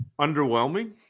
underwhelming